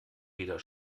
weder